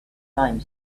time